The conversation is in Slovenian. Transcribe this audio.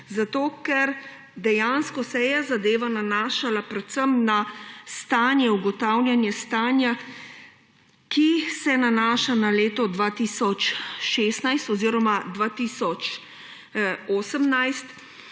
ker dejansko se je zadeva nanašala predvsem na ugotavljanje stanja, ki se nanaša na leto 2016 oziroma leto